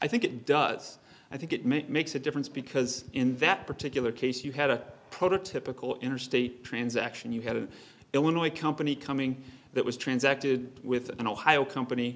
i think it does i think it makes a difference because in that particular case you had a prototypical interstate transaction you had an illinois company coming that was transacted with an ohio company